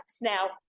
now